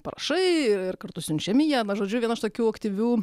parašai ir kartu siunčiami jie na žodžiu viena iš tokių aktyvių